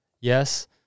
yes